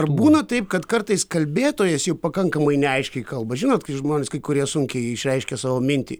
ar būna taip kad kartais kalbėtojas jau pakankamai neaiškiai kalba žinot kai žmonės kai kurie sunkiai išreiškia savo mintį